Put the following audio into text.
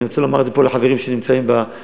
אני רוצה לומר את זה פה לחברים שנמצאים באופוזיציה,